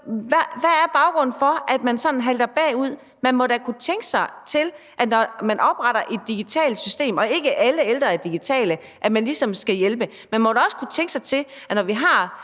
hvad er baggrunden for, at man sådan halter bagefter? Man må da kunne tænke sig til, at når man opretter et digitalt system og ikke alle ældre er digitale, skal man ligesom hjælpe. Og når vi har flere ældre fordelt ud i